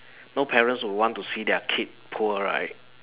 no parents will want to see their kid poor right